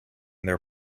their